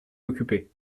occupé